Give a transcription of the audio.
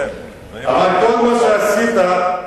אבל בכל מה שעשית,